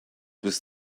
was